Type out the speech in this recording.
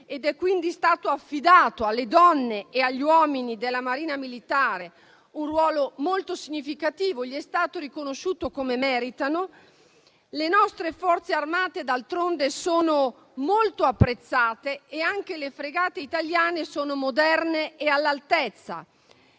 È quindi stato affidato e riconosciuto alle donne e agli uomini della Marina militare un ruolo molto significativo, come meritano. Le nostre Forze armate, d'altronde, sono molto apprezzate e anche le fregate italiane sono moderne e all'altezza.